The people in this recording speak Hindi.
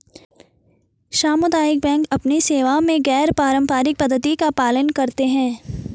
सामुदायिक बैंक अपनी सेवा में एक गैर पारंपरिक पद्धति का पालन करते हैं